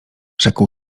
rzekł